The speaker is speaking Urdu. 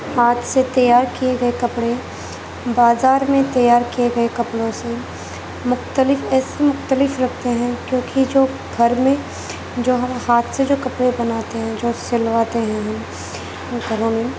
ہاتھ سے تیار کیے گیے کپڑے بازار میں تیار کیے گیے کپڑوں سے مختلف ایسے مختلف لگتے ہیں کیونکہ جو گھر میں جو ہم ہاتھ سے جو کپڑے بناتے ہیں جو سلواتے ہیں ہم گھروں میں